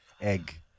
Egg